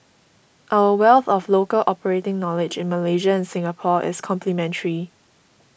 our wealth of local operating knowledge in Malaysia and Singapore is complementary